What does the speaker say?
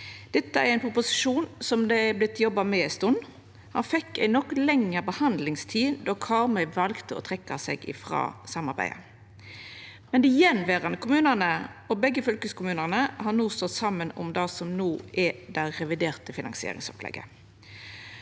Dette er ein proposisjon som det har vorte jobba med ei stund. Han fekk nok lengre behandlingstid då Karmøy valde å trekkja seg frå samarbeidet, men dei attverande kommunane og begge fylkeskommunane har stått saman om det som no er det reviderte finansieringsopplegget.